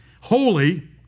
holy